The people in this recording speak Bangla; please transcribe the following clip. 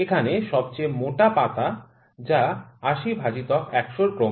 এখানে সবচেয়ে মোটা পাতা যা ৮০ ভাজিতক ১০০এর ক্রমে